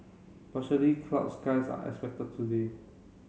clouds skies are expected today